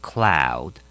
Cloud